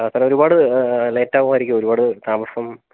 ആ സാറെ ഒരുപാട് ലേറ്റാവുമായിരിക്കുമോ ഒരുപാട് താമസം